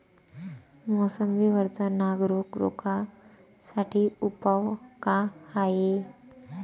मोसंबी वरचा नाग रोग रोखा साठी उपाव का हाये?